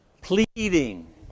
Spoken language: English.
pleading